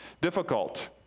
Difficult